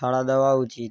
সাড়া দেওয়া উচিত